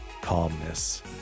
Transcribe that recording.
calmness